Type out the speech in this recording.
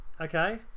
Okay